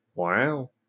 Wow